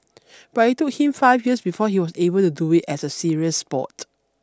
but it took him five years before he was able to do it as a serious sport